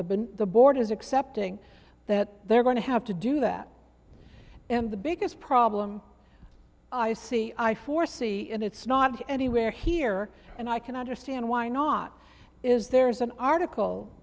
been the board is accepting that they're going to have to do that and the biggest problem i see i foresee in its not anywhere here and i can understand why not is there is an article